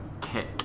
kick